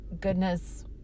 goodness